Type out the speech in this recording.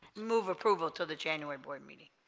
move approval to the january board meeting